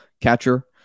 catcher